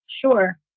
Sure